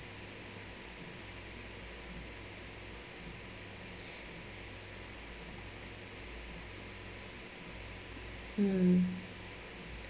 mm